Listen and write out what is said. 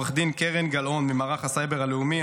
עורכת הדין קרן גלאון ממערך הסייבר הלאומי,